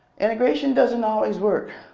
integration doesn't always work.